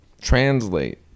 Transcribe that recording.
translate